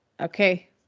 okay